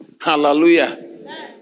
hallelujah